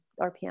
rpm